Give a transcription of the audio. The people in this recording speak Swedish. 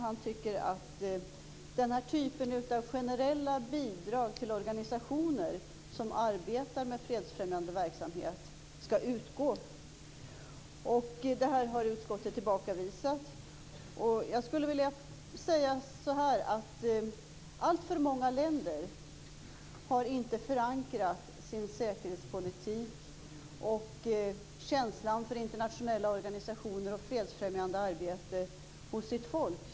Man tycker att den typen av generella bidrag till organisationer som arbetar med fredsfrämjande verksamhet skall utgå. Det här har utskottet tillbakavisat. Jag skulle vilja säga så här: Alltför många länder har inte förankrat sin säkerhetspolitik och en känsla för internationella organisationer och fredsfrämjande arbete hos sitt folk.